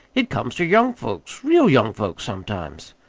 it comes ter young folks, real young folks, sometimes.